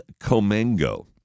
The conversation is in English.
Comengo